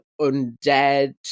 undead